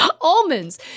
almonds